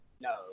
No